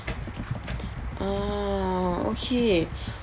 oh okay